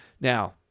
Now